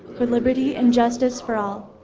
with liberty and justice for all.